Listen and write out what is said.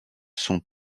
sont